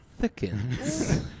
thickens